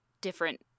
different